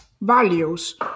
values